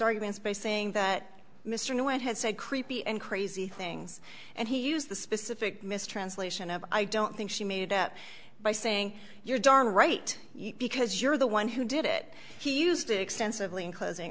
arguments by saying that mr knew and had said creepy and crazy things and he used the specific mistranslation of i don't think she made up by saying you're darn right because you're the one who did it he used it extensively in closing